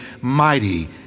mighty